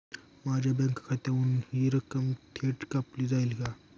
माझ्या बँक खात्यातून हि रक्कम थेट कापली जाईल का?